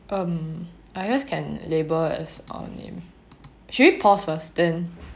um I guess can label as our name should we pause first then